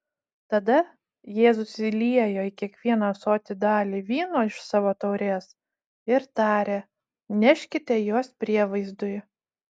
tada jėzus įliejo į kiekvieną ąsotį dalį vyno iš savo taurės ir tarė neškite juos prievaizdui